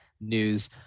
News